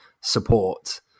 support